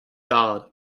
god